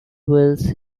wheels